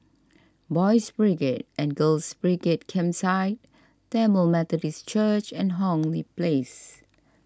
Boys' Brigade and Girls' Brigade Campsite Tamil Methodist Church and Hong Lee Place